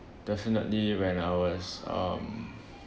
definitely when I was um